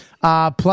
plus